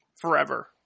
forever